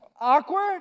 awkward